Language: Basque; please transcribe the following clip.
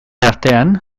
artean